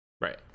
Right